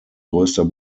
größter